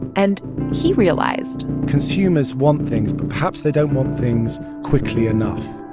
and he realized. consumers want things. but, perhaps, they don't want things quickly enough.